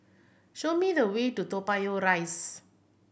show me the way to Toa Payoh Rise